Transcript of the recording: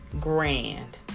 grand